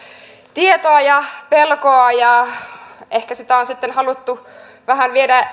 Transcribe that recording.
tietoa ja pelkoa ja ehkä sitä on sitten haluttu vähän viedä